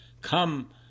Come